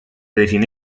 define